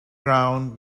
ground